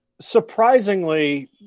surprisingly